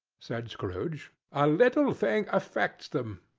said scrooge, a little thing affects them.